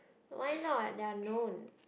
why not they are known